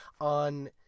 on